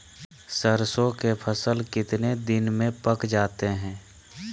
सरसों के फसल कितने दिन में पक जाते है?